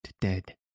dead